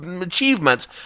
achievements